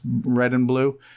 red-and-blue